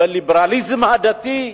בליברליזם הדתי,